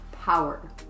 power